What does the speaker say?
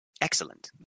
excellent